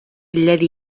الذي